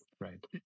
Right